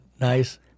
Nice